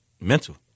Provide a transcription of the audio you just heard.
mental